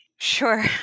Sure